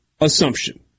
assumption